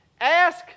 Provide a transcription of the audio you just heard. Ask